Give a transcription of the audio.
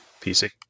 PC